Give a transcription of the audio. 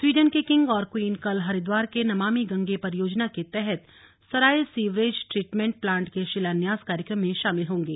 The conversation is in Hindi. स्वीडन के किंग और क्वीन कल हरिद्वार के नमामि गंगे परियोजना के तहत सराय सीवरेज ट्रीटमेंट प्लान्ट के शिलान्यास कार्यक्रम में शामिल होंगे